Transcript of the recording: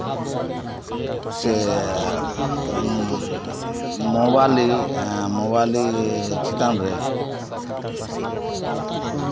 ᱥᱮ ᱮᱸᱫ ᱢᱳᱵᱟᱞᱤ ᱢᱳᱵᱟᱞᱤ ᱪᱮᱛᱟᱱ ᱨᱮ